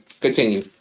continue